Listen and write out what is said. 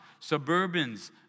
Suburbans